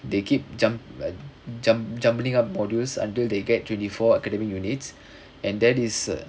they keep jum~ jum~ jumbling up modules until they get twenty four academic units and that is a